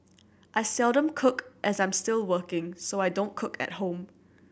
I seldom cook as I'm still working so I don't cook at home